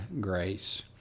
grace